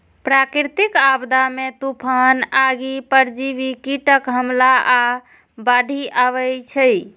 प्राकृतिक आपदा मे तूफान, आगि, परजीवी कीटक हमला आ बाढ़ि अबै छै